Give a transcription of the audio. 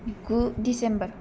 गु दिसेम्बर